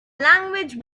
language